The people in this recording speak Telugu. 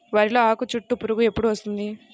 వరిలో ఆకుచుట్టు పురుగు ఎప్పుడు వస్తుంది?